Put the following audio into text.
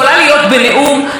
אני חוזרת הביתה,